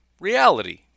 reality